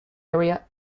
area